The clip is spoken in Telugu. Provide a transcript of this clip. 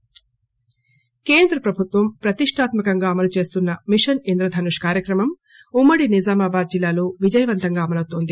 మిషన్ ఇంద్రధనుష్ కేంద్ర ప్రభుత్వం ప్రతిష్ణాత్మకంగా అమలు చేస్తున్న మిషన్ ఇంద్ర ధనుష్ కార్సక్రమం ఉమ్మడి నిజామాబాద్ జిల్లాలో విజయవంతంగా అమలవుతోంది